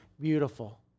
beautiful